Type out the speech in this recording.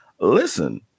listen